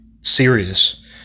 serious